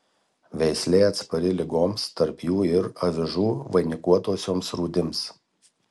veislė atspari ligoms tarp jų ir avižų vainikuotosioms rūdims